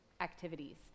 activities